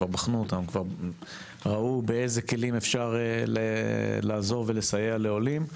הם כבר נבחנו וראו באיזה כלים אפשר לעזור ולסייע לעולים.